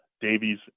Davies